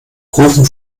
rufen